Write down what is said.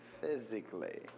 physically